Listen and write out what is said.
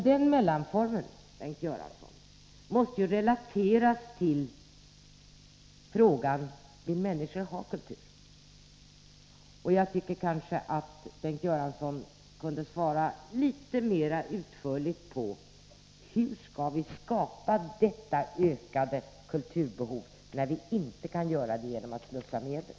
Den mellanformen måste emellertid, Bengt Göransson, relateras till frågan: Vill människor ha kultur? Jag tycker att Bengt Göransson kunde svara litet mera utförligt på frågan: Hur skall vi skapa detta ökade kulturbehov, när vi inte kan göra det genom att slussa över medel?